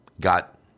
got